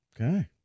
Okay